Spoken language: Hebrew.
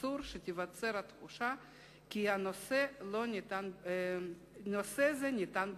אסור שתיווצר התחושה שנושא זה נתון במחלוקת.